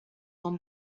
one